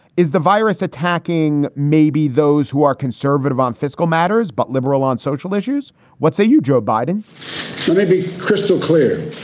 is the virus attacking? maybe those who are conservative on fiscal matters, but liberal on social issues what say you, joe biden should be crystal clear.